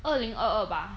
二零二二 bah